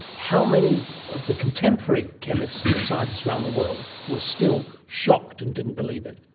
how many of the contemporary chemists and scientists around the world were still shocked and didn't believe it?